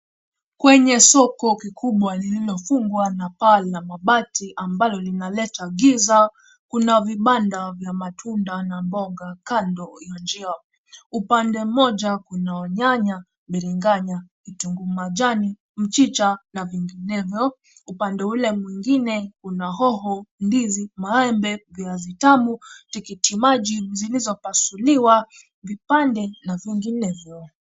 Kwenye soko kikubwa lililofungwa na paa la mabati ambalo linaleta giza; kuna vibanda vya matunda na mboga kando ya njia. Upande mmoja kuna nyanya, biringanya, kitunguu majani, mchicha na vinginevyo. Upande ule mwingine kuna hoho, ndizi, maembe, viazi tamu, tikiti maji zilizopasuliwa vipande na vinginevyo.